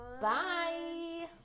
Bye